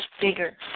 bigger